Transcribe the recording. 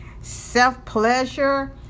Self-pleasure